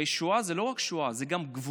הרי שואה היא לא רק שואה, היא גם גבורה.